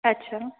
अच्छा